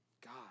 God